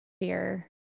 fear